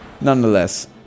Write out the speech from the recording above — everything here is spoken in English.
nonetheless